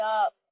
up